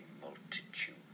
multitude